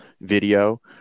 video